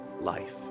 life